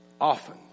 often